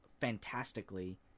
fantastically